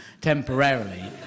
temporarily